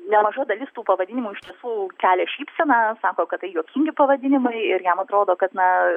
nemaža dalis tų pavadinimų iš tiesų kelia šypseną sako kad tai juokingi pavadinimai ir jam atrodo kad na